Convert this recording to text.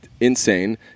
insane